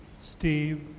Steve